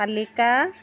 শালিকা